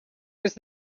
was